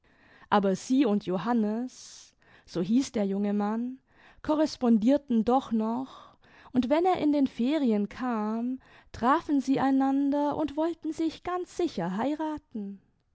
aber sie und johannes so hieß der junge mann korrespondierten doch noch und wenn er in den ferien kam trafen sie einander und wollten sich ganz sicher heiraten